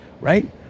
Right